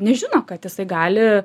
nežino kad jisai gali